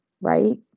right